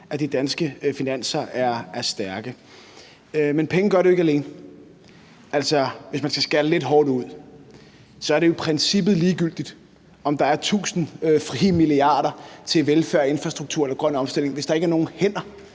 at de danske finanser er stærke. Men penge gør det jo ikke alene. Altså, hvis man skal sætte det lidt hårdt op, er det jo i princippet ligegyldigt, om der er tusind frie milliarder til velfærd, infrastruktur eller grøn omstilling, hvis der ikke er nogen hænder,